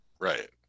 Right